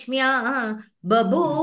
Babu